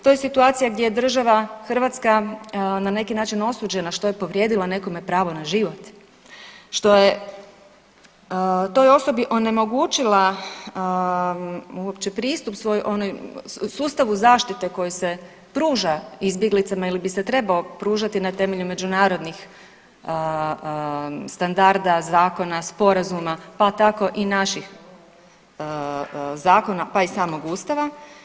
To je situacija gdje je država Hrvatska na neki način osuđena što je povrijedila nekome pravo na život, što je toj osobi onemogućila uopće pristup sustavu zaštite koji se pruža izbjeglicama ili bi se trebao pružati na temelju međunarodnih standarda, zakona, sporazuma, pa tako i naših zakona, pa i samog Ustava.